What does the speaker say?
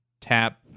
tap